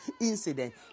incident